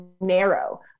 narrow